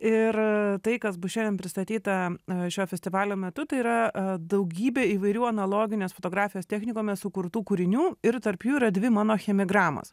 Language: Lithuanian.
ir tai kas bus šiandien pristatyta e šio festivalio metu tai yra a daugybė įvairių analoginės fotografijos technikume sukurtų kūrinių ir tarp jų yra dvi mano chemigramos